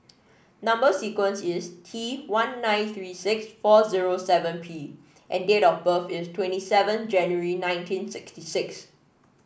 number sequence is T one nine three six four zero seven P and date of birth is twenty seven January nineteen sixty six